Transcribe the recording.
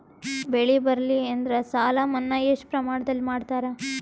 ಬೆಳಿ ಬರಲ್ಲಿ ಎಂದರ ಸಾಲ ಮನ್ನಾ ಎಷ್ಟು ಪ್ರಮಾಣದಲ್ಲಿ ಮಾಡತಾರ?